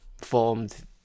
formed